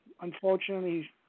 unfortunately